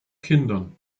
kindern